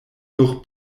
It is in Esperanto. nur